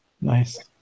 nice